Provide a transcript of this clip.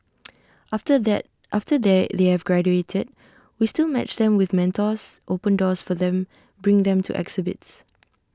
after that after they they have graduated we still match them with mentors open doors for them bring them to exhibits